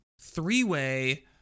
three-way